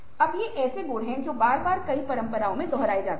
अब ये ऐसे गुण हैं जो बार बार कई परंपराओं में दोहराए जाते हैं